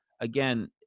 again